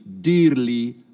dearly